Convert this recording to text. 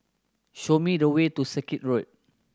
show me the way to Circuit Road